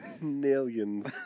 millions